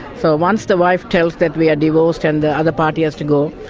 so once the wife tells that we are divorced and the other party has to go,